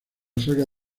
saga